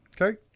Okay